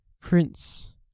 Prince